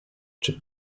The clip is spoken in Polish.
czy